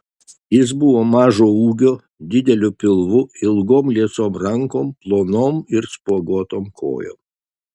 jis buvo mažo ūgio dideliu pilvu ilgom liesom rankom plonom ir spuoguotom kojom